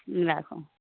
राखु